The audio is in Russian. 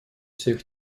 всех